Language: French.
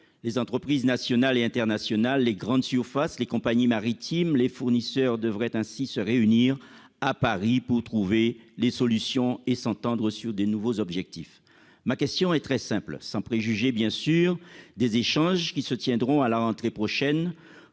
Les entreprises nationales et internationales, les grandes surfaces, les compagnies maritimes et les fournisseurs devraient ainsi se réunir à Paris pour trouver des solutions et s'entendre sur de nouveaux objectifs. Ma question est très simple : sans préjuger bien sûr des échanges qui se tiendront à la rentrée prochaine,